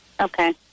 Okay